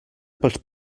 pels